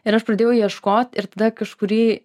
ir aš pradėjau ieškot ir tada kažkurį